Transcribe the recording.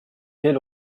quel